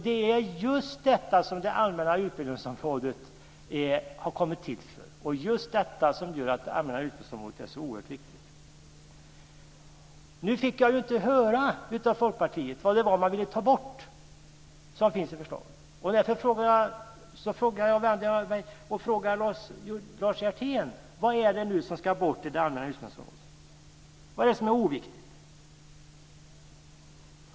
Det allmänna utbildningsområdet har kommit till för detta, och det är därför det är så viktigt. Nu fick jag inte höra av Folkpartiet vad man ville ta bort i förslaget. Därför frågar jag Lars Hjertén vad det är som ska bort i det allmänna utbildningsområdet. Vad är det som är oviktigt?